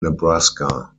nebraska